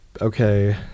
Okay